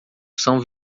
são